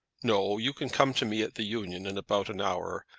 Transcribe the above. no you can come to me at the union in about an hour.